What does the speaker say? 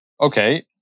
okay